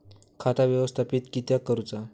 खाता व्यवस्थापित किद्यक करुचा?